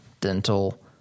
Dental